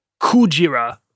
Kujira